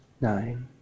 Nine